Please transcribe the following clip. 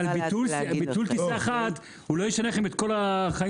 אם כן, ביטול טיסה אחת לא תשנה לכם את כל החיים.